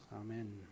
Amen